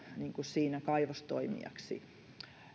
siinä kaivostoimijaksi